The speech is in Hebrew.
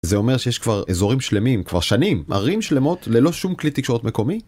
זה אומר שיש כבר אזורים שלמים, כבר שנים, ערים שלמות ללא שום כלי תקשורת מקומי?